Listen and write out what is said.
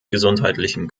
gesundheitlichen